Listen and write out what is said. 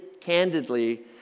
candidly